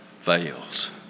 fails